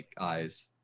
eyes